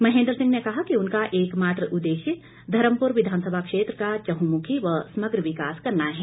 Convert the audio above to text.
महेन्द्र सिंह ने कहा कि उनका एक मात्र उददेश्य धर्मपुर विधानसभा क्षेत्र का चहुंमुखी व समग्र विकास करना है